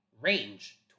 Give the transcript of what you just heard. range